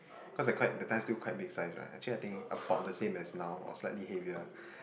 cause I quite the time still quite big size right actually I think about the same of now or slightly heavier